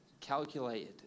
calculated